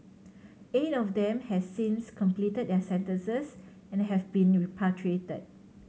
eight of them has since completed their sentences and have been repatriated